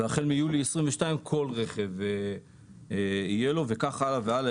והחל מיולי 2022 כל רכב יהיה לו וכך הלאה והלאה.